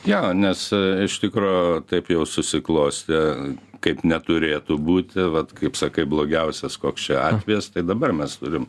jo nes iš tikro taip jau susiklostė kaip neturėtų būti vat kaip sakai blogiausias koks čia atvejis tai dabar mes turim